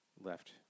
left